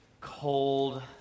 cold